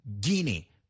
Guinea